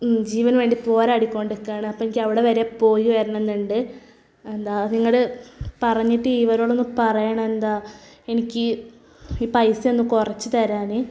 ജീവന് വേണ്ടി പോരാടിക്കൊണ്ടിരിക്കുകയാണ് അപ്പം എനിക്ക് അവിടെ വരെ പോയി വരണം എന്നുണ്ട് എന്താ നിങ്ങൾ പറഞ്ഞിട്ട് ഇവരോടൊന്ന് പറയണം എന്താ എനിക്ക് ഈ പൈസ ഒന്ന് കുറച്ച് തരാൻ